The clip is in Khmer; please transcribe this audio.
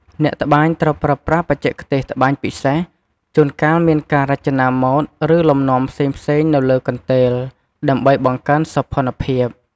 អ្នកត្បាញត្រូវប្រើប្រាស់បច្ចេកទេសត្បាញពិសេស ជួនកាលមានការរចនាម៉ូត ឬលំនាំផ្សេងៗនៅលើកន្ទេល ដើម្បីបង្កើនសោភ័ណភាព។